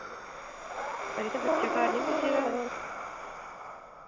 अजें तक बच्चा घर निं पुज्जे दा ऐ